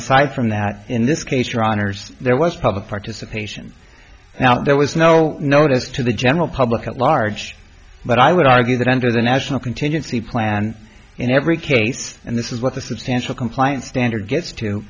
aside from that in this case your honors there was public participation now there was no notice to the general public at large but i would argue that under the national contingency plan in every case and this is what the substantial compliance standard gets to